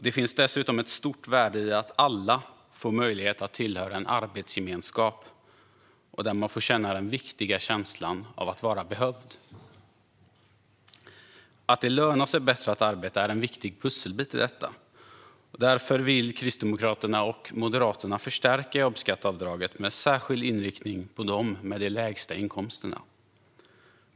Det finns dessutom ett stort värde i att alla får möjlighet att tillhöra en arbetsgemenskap och får känna den viktiga känslan av att vara behövd. Att det lönar sig bättre att arbeta är en viktig pusselbit i detta. Därför vill Kristdemokraterna och Moderaterna förstärka jobbskatteavdraget med särskild inriktning på dem med de lägsta inkomsterna.